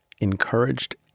encouraged